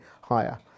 higher